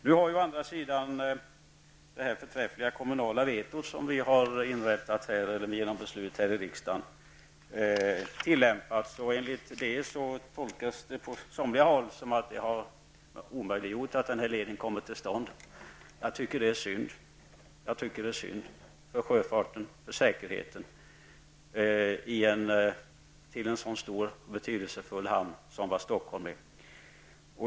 Nu har ju å andra sidan det förträffliga kommunala vetot, som vi har inrättat genom beslut i riksdagen, tillämpats. På somliga håll tolkar man det som att detta har omöjliggjort att den här leden kommer till stånd. Jag tycker att det är synd för sjöfarten och säkerheten när det gäller en så stor och betydelsefull hamn som Stockholm.